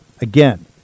Again